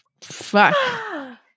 Fuck